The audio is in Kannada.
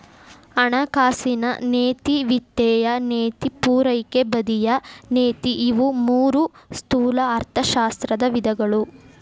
ಹಣಕಾಸಿನ ನೇತಿ ವಿತ್ತೇಯ ನೇತಿ ಪೂರೈಕೆ ಬದಿಯ ನೇತಿ ಇವು ಮೂರೂ ಸ್ಥೂಲ ಅರ್ಥಶಾಸ್ತ್ರದ ವಿಧಗಳು